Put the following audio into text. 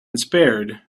spared